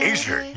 Asia